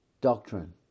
doctrine